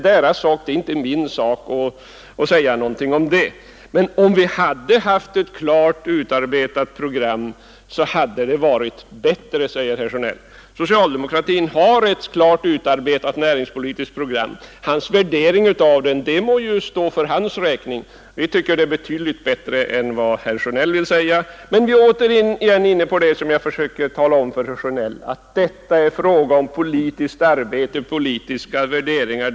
Det är inte min sak att säga någonting om detta. Men om det hade funnits ett klart utarbetat program, så hade det varit bättre, sade herr Sjönell. Socialdemokratin har ett klart utarbetat näringspolitiskt program. Herr Sjönells värdering av det må stå för hans räkning. Jag tycker att det är betydligt bättre än vad herr Sjönell vill medge att det är. Jag återkommer på nytt till det jag försökte tala om för herr Sjönell: Här är det fråga om ett politiskt arbete och politiska värderingar.